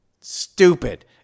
stupid